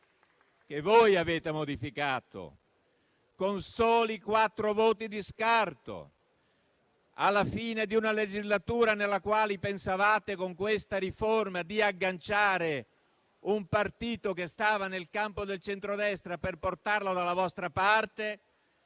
che voi avete modificato con soli quattro voti di scarto, alla fine di una legislatura nella quale pensavate, con quella riforma, di agganciare un partito che stava nel campo del centrodestra per portarlo dalla vostra parte: